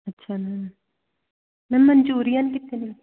ਅੱਛਾ ma'am ma'am Manchurian ਕਿੱਥੇ ਮਿਲੂ